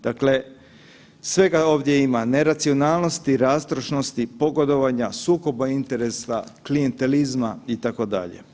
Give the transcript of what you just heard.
Dakle, svega ovdje ima, neracionalnosti, rastrošnosti, pogodovanja, sukoba interesa, klijentelizma itd.